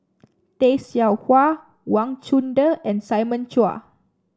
Tay Seow Huah Wang Chunde and Simon Chua